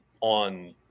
on